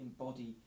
embody